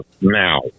now